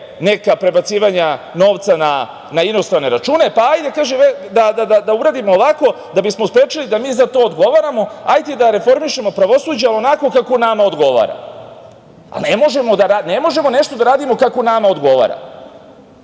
neka prebacivanja novca na inostrane račune, pa hajde da uradimo ovako, da bismo sprečili da mi za to odgovaramo, hajte da reformišemo pravosuđe onako kako nama odgovara. Ne možemo nešto da radimo kako nama odgovara.